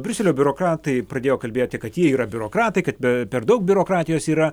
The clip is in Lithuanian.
briuselio biurokratai pradėjo kalbėti kad jie yra biurokratai kad per daug biurokratijos yra